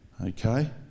Okay